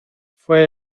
fue